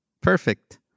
perfect